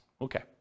Okay